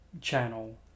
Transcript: channel